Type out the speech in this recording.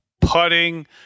putting